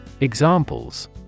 Examples